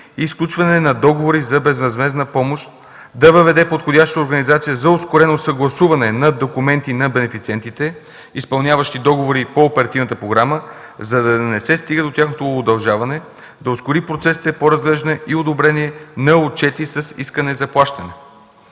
и сключване на договори за безвъзмездна помощ, да въведе подходяща организация за ускорено съгласуване на документи на бенефициентите, изпълняващи договори по оперативната програма, за да не се стигне до тяхното удължаване, да ускори процесите по разглеждане и одобрение на отчети с искане за плащане.